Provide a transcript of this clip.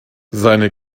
seine